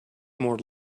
more